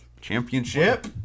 Championship